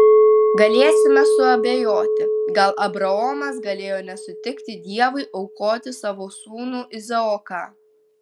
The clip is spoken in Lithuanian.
galėsime suabejoti gal abraomas galėjo nesutikti dievui aukoti savo sūnų izaoką